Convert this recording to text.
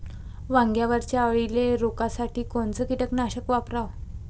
वांग्यावरच्या अळीले रोकासाठी कोनतं कीटकनाशक वापराव?